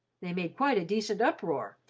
they made quite a decent uproar,